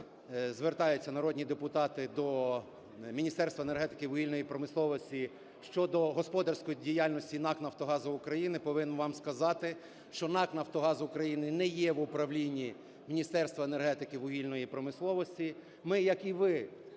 звертаються народні депутати до Міністерства енергетики і вугільної промисловості щодо господарської діяльності НАК "Нафтогаз України", повинен вам сказати, що НАК "Нафтогаз України" не є в управлінні Міністерства енергетики і вугільної промисловості. Ми, як і ви,